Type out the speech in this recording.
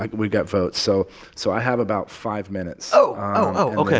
like we got votes. so so i have about five minutes oh.